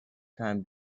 time